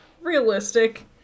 realistic